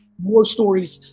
war stories,